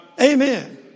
Amen